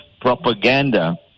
propaganda